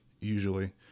usually